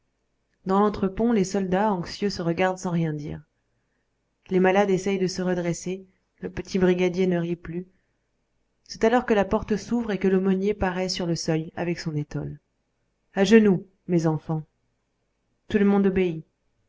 dans lentre pont les soldats anxieux se regardent sans rien dire les malades essayent de se redresser le petit brigadier ne rit plus c'est alors que la porte s'ouvre et que l'aumônier paraît sur le seuil avec son étole à genoux mes enfants tout le monde obéit